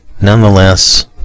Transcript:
nonetheless